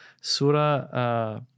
Surah